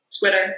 Twitter